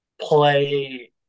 play